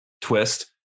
twist